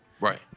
Right